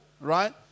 Right